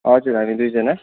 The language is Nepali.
हजुर हामी दुईजना